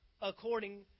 according